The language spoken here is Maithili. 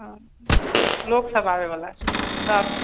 लोग सब आबए बला छै